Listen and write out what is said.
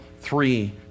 three